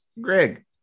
greg